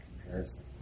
comparison